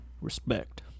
Respect